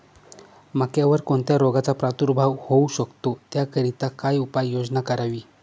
मक्यावर कोणत्या रोगाचा प्रादुर्भाव होऊ शकतो? त्याकरिता काय उपाययोजना करावी?